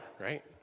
right